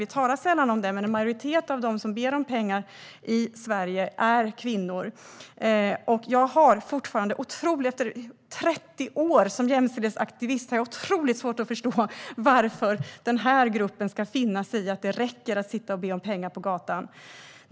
Vi talar sällan om det, men en majoritet av dem som ber om pengar i Sverige är kvinnor. Jag har fortfarande, efter 30 år som jämställdhetsaktivist, otroligt svårt att förstå varför denna grupp ska finna sig i att det räcker att sitta och be om pengar på gatan.